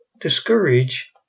discourage